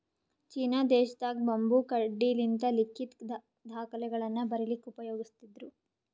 China ದೇಶದಾಗ್ bamboo ಕಡ್ಡಿಲಿಂತ್ ಲಿಖಿತ್ ದಾಖಲೆಗಳನ್ನ ಬರಿಲಿಕ್ಕ್ ಉಪಯೋಗಸ್ತಿದ್ರು